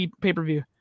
pay-per-view